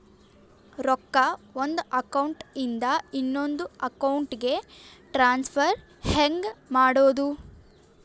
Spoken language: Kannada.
ರೊಕ್ಕ ಒಂದು ಅಕೌಂಟ್ ಇಂದ ಇನ್ನೊಂದು ಅಕೌಂಟಿಗೆ ಟ್ರಾನ್ಸ್ಫರ್ ಹೆಂಗ್ ಮಾಡೋದು?